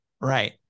right